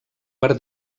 per